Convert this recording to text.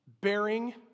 bearing